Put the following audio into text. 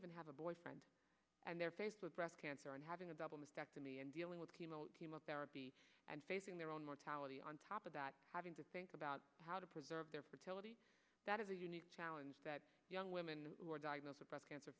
even have a boyfriend and they're faced with breast cancer and having a double mastectomy and dealing with chemo therapy and facing their own mortality on top of that having to think about how to preserve their fertility that is a challenge that young women who are diagnosed with breast cancer